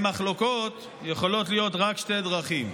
במחלוקות יכולות להיות רק שתי דרכים,